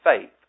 faith